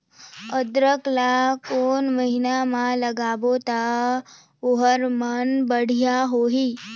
अदरक ला कोन महीना मा लगाबो ता ओहार मान बेडिया होही?